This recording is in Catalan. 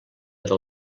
del